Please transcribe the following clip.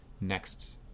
next